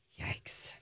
Yikes